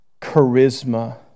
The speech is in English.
charisma